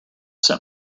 sent